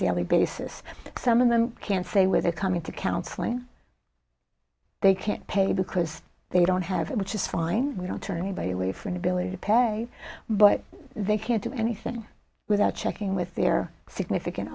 daily basis some of them can't say with it coming to counseling they can't pay because they don't have it which is fine we don't turn anybody away from the ability to pay but they can't do anything without checking with their significant